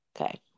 Okay